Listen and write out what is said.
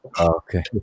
Okay